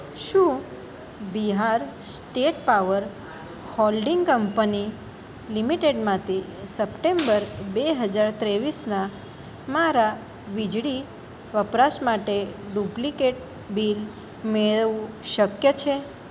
શું Bihar state power holding company લિમિટેડમાંથી September બે હજાર ત્રેવીસના મારા વીજળી વપરાશ માટે ડુપ્લિકેટ બિલ મેળવવું શક્ય છે